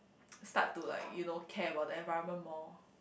start to like you know care about the environment more